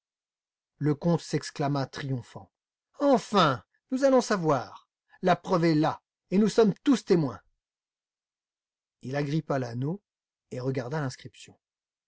le comte s'exclama triomphant enfin nous allons savoir la preuve est là et nous sommes tous témoins il agrippa l'anneau et regarda l'inscription